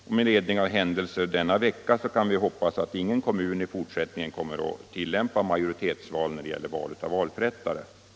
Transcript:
Med anledning av händelser denna vecka kan vi hoppas att ingen kommun kommer att tillämpa majoritetsval när det gäller val av valförrättare i fortsättningen.